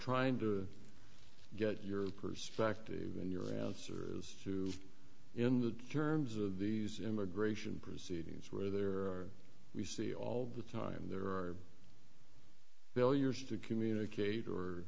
trying to get your perspective and your answers to in the terms of these immigration proceedings where there are we see all the time there are bill used to communicate or